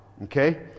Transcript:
Okay